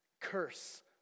curse